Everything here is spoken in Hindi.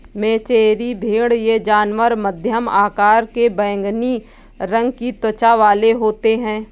मेचेरी भेड़ ये जानवर मध्यम आकार के बैंगनी रंग की त्वचा वाले होते हैं